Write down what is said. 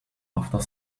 after